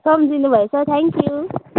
सम्झिनु भएछ thank you